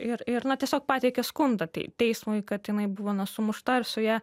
ir ir na tiesiog pateikė skundą teismui kad jinai buvo na sumušta ir su ja